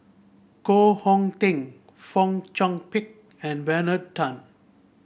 Koh Hong Teng Fong Chong Pik and Bernard Tan